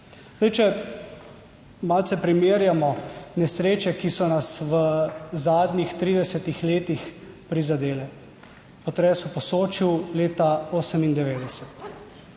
Zdaj, če malce primerjamo nesreče, ki so nas v zadnjih 30 letih prizadele: potres v Posočju leta 1998.